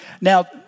Now